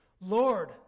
Lord